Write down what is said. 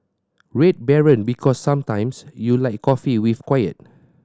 Red Baron Because sometimes you like coffee with quiet